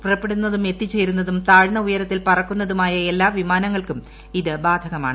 പ്രൂറപ്പെടുന്നതും എത്തിച്ചേരുന്നതും താഴ്ന്ന ഉയരത്തിൽ പറക്കുന്നതും ആയ എല്ലാ വിമാനങ്ങൾക്കും ഇത് ബാധകമാണ്